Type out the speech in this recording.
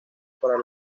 para